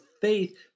faith